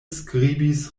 skribis